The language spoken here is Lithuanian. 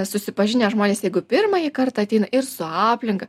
susipažinę žmonės jeigu pirmąjį kartą ateina ir su aplinka